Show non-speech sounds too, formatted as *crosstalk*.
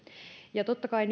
ja totta kai *unintelligible*